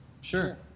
sure